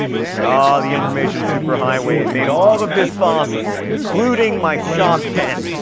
ah the information super highway it made all of this possible including my shock pen.